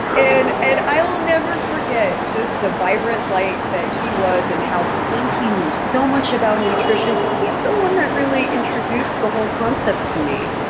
and and i will never forget just the vibrant light that he was and how he ate, he knew so much about nutrition. he's the one that really introduced the whole concept to me.